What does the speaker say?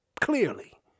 Clearly